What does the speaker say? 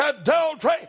adultery